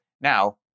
Now